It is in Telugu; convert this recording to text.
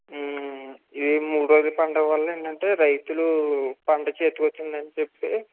ఈ మూడు రోజుల పండుగ వల్ల ఏంటంటే రైతులు పంట చేతికొచ్చిందని చెప్పి